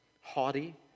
haughty